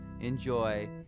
Enjoy